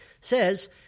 says